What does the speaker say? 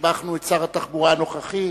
שיבחנו את שר התחבורה הנוכחי,